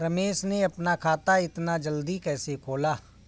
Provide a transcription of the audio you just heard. रमेश ने अपना खाता इतना जल्दी कैसे खोला?